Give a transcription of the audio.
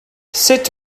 sut